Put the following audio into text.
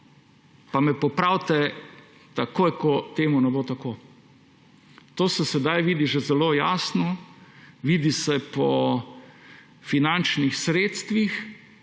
Pa me popravite takoj, ko to ne bo tako. To se sedaj vidi že zelo jasno, vidi se po finančnih sredstvih,